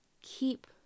keep